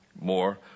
more